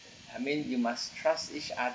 I mean you must trust each ot~